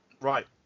right